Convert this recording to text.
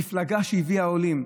מפלגה שהביאה עולים,